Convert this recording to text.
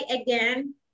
again